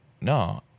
no